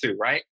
right